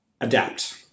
adapt